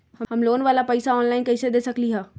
हम लोन वाला पैसा ऑनलाइन कईसे दे सकेलि ह?